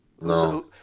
No